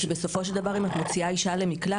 כי בסופו של דבר אם את מוציאה אישה למקלט,